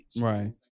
Right